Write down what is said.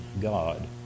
God